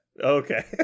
Okay